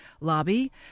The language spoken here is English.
Lobby